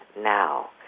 now